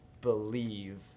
believe